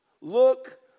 Look